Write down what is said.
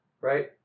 right